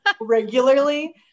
regularly